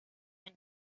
año